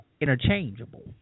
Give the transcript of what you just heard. interchangeable